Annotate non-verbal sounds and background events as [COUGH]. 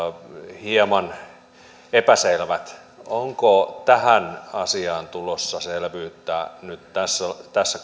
hieman epäselvät onko tähän asiaan tulossa selvyyttä nyt tässä tässä [UNINTELLIGIBLE]